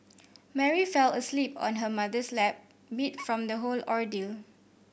Mary fell asleep on her mother's lap beat from the whole ordeal